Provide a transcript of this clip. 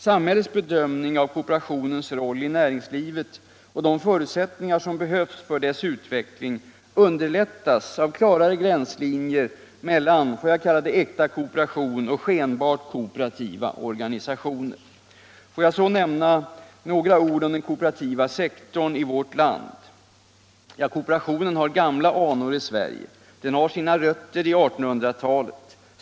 Samhällets bedömning av kooperationens roll i näringslivet och de förutsättningar som behövs för dess utveckling underlättas av klarare gränslinjer mellan äkta kooperation och skenbart kooperativa organisationer. Jag vill sedan med några ord ta upp frågan om den kooperativa sektorn i vårt land. Kooperationen har gamla anor i Sverige. Den har sina rötter i 1800-talet.